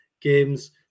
games